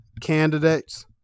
candidates